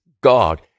God